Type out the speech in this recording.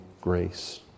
grace